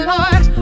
Lord